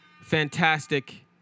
fantastic